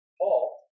Paul